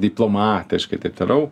diplomatiškai taip toliau